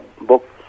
book